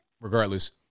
regardless